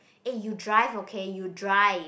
eh you drive okay you drive